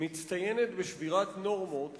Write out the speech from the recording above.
מצטיינת בשבירת נורמות